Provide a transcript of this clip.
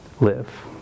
Live